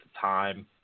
time